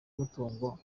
umutungo